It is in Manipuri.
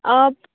ꯑꯥ